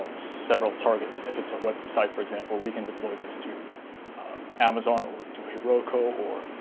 several targets. if it's a website, for example, we can deploy this to amazon, or to heroku, or